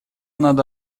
надо